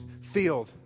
field